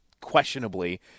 questionably